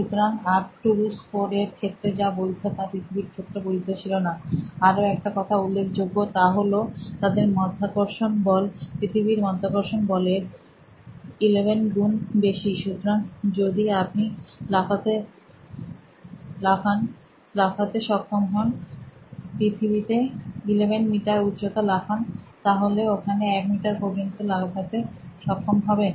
সুতরাং Arcturus IV এর ক্ষেত্রে যা বৈধ তা পৃথিবীর ক্ষেত্রে বৈধ ছিলনা আরো একটা কথা উল্লেখ যোগ্য তা হল তাদের মধ্যাকর্ষণ বল পৃথিবীর মধ্যাকর্ষণ বলের 11 গুণ বেশি সুতরাং যদি আপনি লাফান লাফাতে সক্ষম হন পৃথিবীতে 11 মিটার উচ্চতা লাফান তাহলে ওখানে এক মিটার পর্যন্ত লাফাতে সক্ষম হবেন